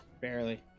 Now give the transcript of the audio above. Barely